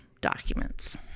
documents